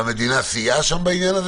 והמדינה סייעה והיתה בעניין הזה